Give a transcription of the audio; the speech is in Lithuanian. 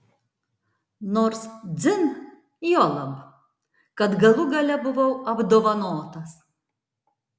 nors dzin juolab kad galų gale buvau apdovanotas